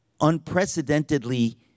unprecedentedly